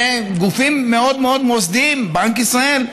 אלה הם גופים מאוד מוסדיים, בנק ישראל.